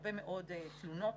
הרבה מאוד תלונות